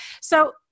So-